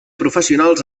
professionals